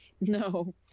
No